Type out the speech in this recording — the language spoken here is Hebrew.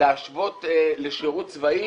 להשוות לשירות צבאי